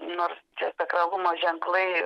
nors čia sakralumo ženklai